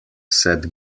said